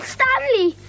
Stanley